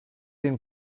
den